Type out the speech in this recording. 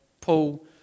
Paul